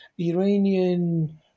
Iranian